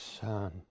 son